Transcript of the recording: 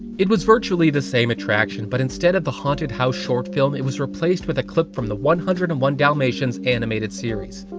it was virtually the same attraction, but instead of the haunted house short film it was replaced with a clip from the one hundred and one dalmatians animated series.